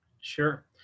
Sure